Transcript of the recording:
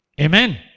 Amen